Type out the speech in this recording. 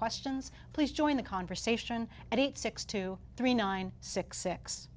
questions please join the conversation at eight six to three nine six six